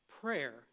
prayer